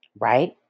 Right